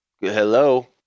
hello